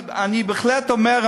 אני בהחלט אומר,